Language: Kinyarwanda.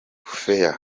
fair